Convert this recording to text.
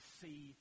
see